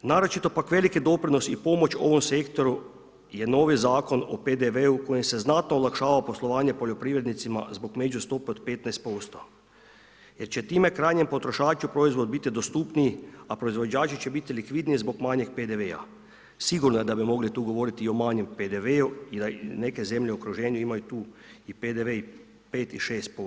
Naročito pak veliki doprinos i pomoć ovom sektoru jer novi zakon o PDV-u kojim se znatno olakšava poslovanje poljoprivrednicima zbog međustope od 15% jer će time krajnjem potrošaču proizvod biti dostupniji, a proizvod biti dostupniji, a proizvođači će biti likvidniji zbog manjih PDV-a. sigurno da bi mogli tu govoriti i o manjem PDV-u i da neke zemlje u okruženju imaju tu i PDV i 5 i 6%